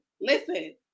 listen